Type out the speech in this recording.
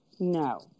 No